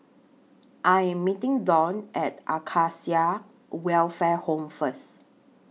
I Am meeting Dwan At Acacia Welfare Home First